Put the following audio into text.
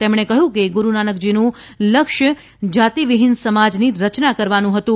તેમણે કહ્યું કે ગુરૂનાનકજીનું લક્ષ્ય જાતિવિહીન સમાજની રચના કરવાનું હતું